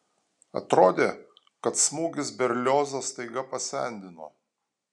atrodė kad smūgis berliozą staiga pasendino